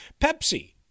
Pepsi